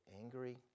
angry